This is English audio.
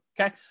okay